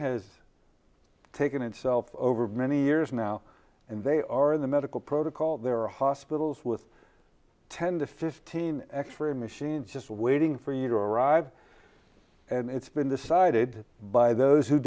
has taken itself over many years now and they are the medical protocol there are hospitals with ten to fifteen extra machine just waiting for you to arrive and it's been decided by those who